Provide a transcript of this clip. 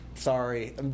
sorry